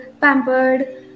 pampered